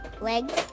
legs